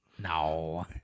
No